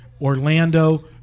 Orlando